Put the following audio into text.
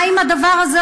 מה עושים עם הדבר הזה